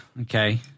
Okay